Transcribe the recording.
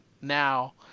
now